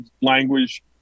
language